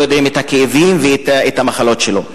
לא יודעים את הכאבים ואת המחלות שלו.